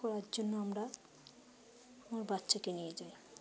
করার জন্য আমরা আমার বাচ্চাকে নিয়ে যাই